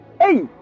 Hey